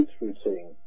routine